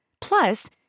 Plus